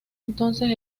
entonces